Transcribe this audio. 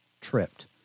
tripped